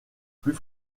plus